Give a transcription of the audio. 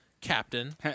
captain